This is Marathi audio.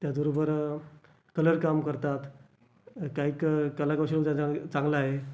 त्याचबरोबर कलर काम करतात काही क कलाकौशल्य चांग चांगलं आहे